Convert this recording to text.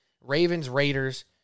Ravens-Raiders